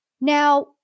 Now